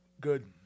Good